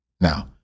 now